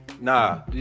Nah